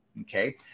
Okay